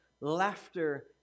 laughter